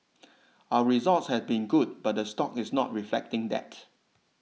our results have been good but the stock is not reflecting that